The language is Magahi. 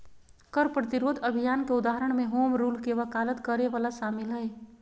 कर प्रतिरोध अभियान के उदाहरण में होम रूल के वकालत करे वला शामिल हइ